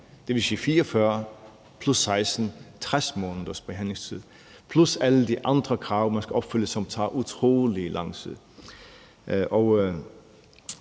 Det er 60 måneders sagsbehandlingstid plus alle de andre krav, man skal opfylde, og som tager utrolig meget tid.